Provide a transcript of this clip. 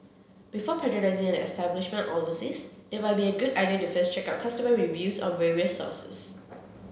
before patronising an establishment overseas it might be a good idea to first check out customer reviews on various sources